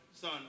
Son